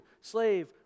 slave